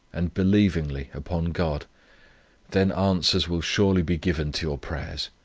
and believingly upon god then answers will surely be given to your prayers.